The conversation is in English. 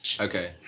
Okay